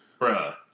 Bruh